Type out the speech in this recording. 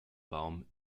baum